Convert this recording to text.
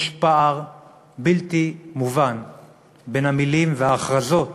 יש פער בלתי מובן בין המילים וההכרזות